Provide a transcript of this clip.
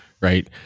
Right